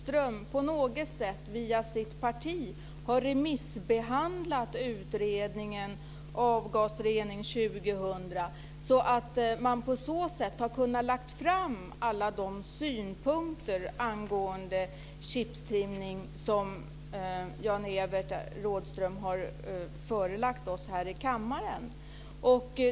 Fru talman! Jag förutsätter självklart att Jan-Evert Rådhström på något sätt via sitt parti har remissbehandlat utredningen Avgasrening 2000 så att man på så sätt har kunnat lägga fram alla de synpunkter angående chiptrimning som Jan-Evert Rådhström har gett oss här i kammaren.